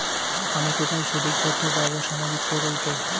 আমি কোথায় সঠিক তথ্য পাবো সামাজিক প্রকল্পের?